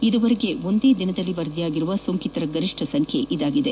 ಇದುವರೆಗೆ ಒಂದು ದಿನದಲ್ಲಿ ವರದಿಯಾಗಿರುವ ಸೋಂಕಿತರ ಗರಿಷ್ನ ಸಂಬ್ಲೆಯಾಗಿದೆ